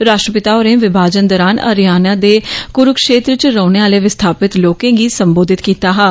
राष्ट्रपिता होरें विभाजन दौरान हरियाणा दे कुरूक्षेत्र च रौहने आहले विस्थापित लोकें गी संबोधित कीता हा